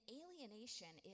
alienation